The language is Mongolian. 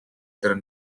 даруй